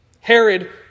Herod